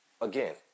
again